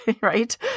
right